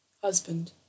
Husband